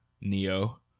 Neo